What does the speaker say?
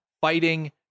fighting